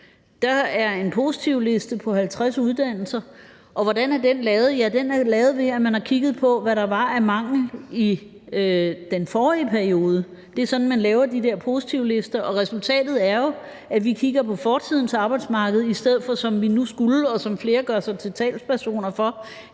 Der er en positivliste på 50 uddannelser, og hvordan er den lavet? Ja, den er lavet ved, at man har kigget på, hvad der var af mangel i den forrige periode. Det er sådan, man laver de der positivlister, og resultatet er jo, at vi kigger på fortidens arbejdsmarked i stedet for, som vi nu skulle, og som flere gør sig til talspersoner for,